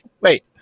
wait